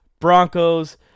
Broncos